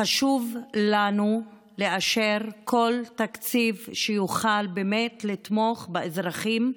חשוב לנו לאשר כל תקציב שיוכל באמת לתמוך באזרחים,